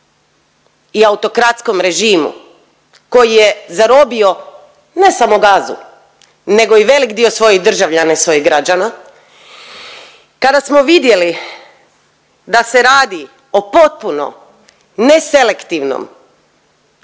i autokratskom režimu koji je zarobio, ne samo Gazu nego i velik dio svojih državljana i svojih građana, kada smo vidjeli da se radi o potpuno neselektivnom,